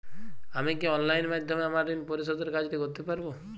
আমি কি অনলাইন মাধ্যমে আমার ঋণ পরিশোধের কাজটি করতে পারব?